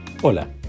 Hola